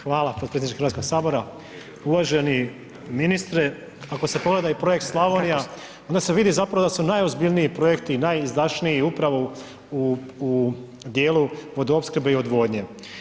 Hvala potpredsjedniče Hrvatskog sabora, uvaženi ministre ako se pogleda i Projekt Slavonija onda se vidi zapravo da su najozbiljniji projekti i najizdašniji upravo u dijelu vodoopskrbe i odvodnje.